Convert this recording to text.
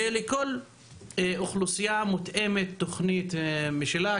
ולכל אוכלוסייה מותאמת תכנית משלה.